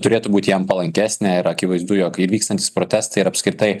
turėtų būt jam palankesnė ir akivaizdu jog ir vykstantys protestai ir apskritai